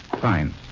Fine